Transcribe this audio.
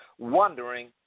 wondering